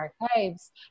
Archives